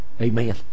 amen